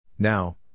Now